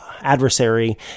adversary